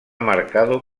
marcado